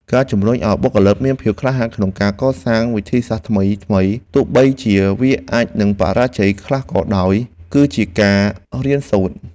ការជំរុញឱ្យបុគ្គលិកមានភាពក្លាហានក្នុងការសាកល្បងវិធីសាស្ត្រថ្មីៗទោះបីជាវាអាចនឹងបរាជ័យខ្លះក៏ដោយគឺជាការរៀនសូត្រ។